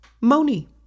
Moni